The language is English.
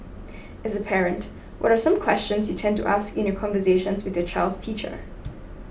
as a parent what are some questions you tend to ask in your conversations with the child's teacher